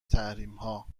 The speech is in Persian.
تحریمها